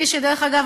דרך אגב,